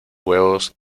huevos